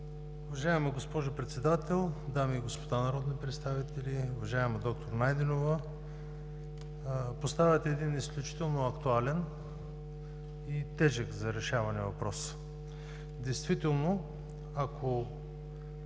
Уважаема госпожо Председател, дами и господа народни представители! Уважаема д-р Найденова, поставяте един изключително актуален и тежък за решаване въпрос. Действително, ако